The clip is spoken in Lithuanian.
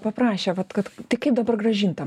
paprašė vat kad tai kaip dabar grąžint tą